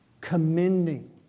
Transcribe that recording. Commending